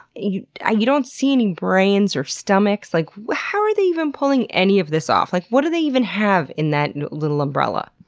you ah you don't see any brains or stomachs. like how are they pulling any of this off? like what do they even have in that little umbrella?